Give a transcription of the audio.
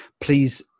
please